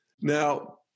Now